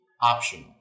optional